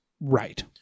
right